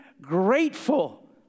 grateful